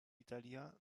italien